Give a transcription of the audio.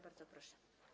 Bardzo proszę.